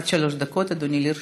עד שלוש דקות, אדוני, לרשותך.